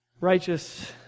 righteous